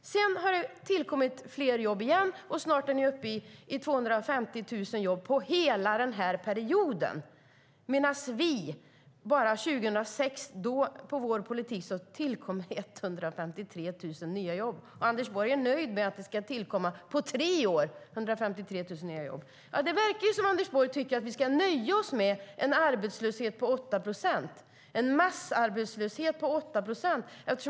Sedan har det tillkommit fler jobb igen. Snart är ni uppe i 250 000 jobb för hela perioden, medan enbart år 2006 med vår politik tillkom 153 000 nya jobb. Anders Borg är nöjd med att det på tre år ska tillkomma 153 000 nya jobb. Det verkar som att Anders Borg tycker att vi ska nöja oss med en massarbetslöshet på 8 procent.